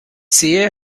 sehe